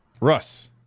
Russ